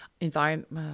environment